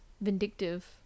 vindictive